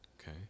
Okay